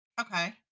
Okay